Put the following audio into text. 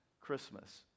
Christmas